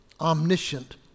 omniscient